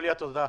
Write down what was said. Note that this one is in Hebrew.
תודה.